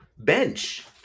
bench